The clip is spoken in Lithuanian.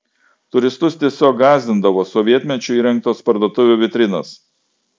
turistus tiesiog gąsdindavo sovietmečiu įrengtos parduotuvių vitrinos